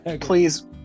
Please